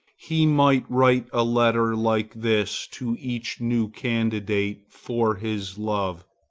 he might write a letter like this to each new candidate for his love